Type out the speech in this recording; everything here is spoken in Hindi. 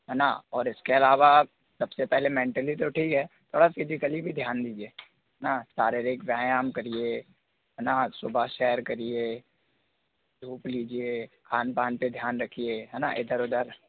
है ना और इसके अलावा सबसे पहले मेंटली तो ठीक है थोड़ा फ़ीज़िकली भी ध्यान दीजिए ना शारीरिक व्यायाम करिए है ना सुबह सैर करिए धूप लीजिए खान पान पे ध्यान रखिए है ना इधर उधर